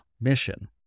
mission